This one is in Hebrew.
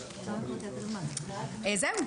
אלה השאלות